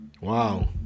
wow